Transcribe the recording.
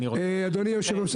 אדוני היושב ראש,